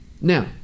Now